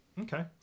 Okay